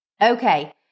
Okay